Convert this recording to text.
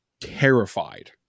terrified